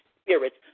spirits